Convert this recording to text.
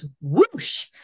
whoosh